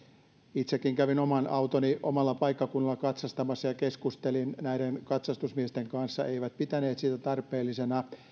itsekin kävin oman autoni omalla paikkakunnallani katsastamassa ja keskustelin näiden katsastusmiesten kanssa eivät pitäneet sitä tarpeellisena